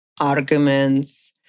arguments